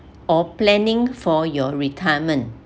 or planning for your retirement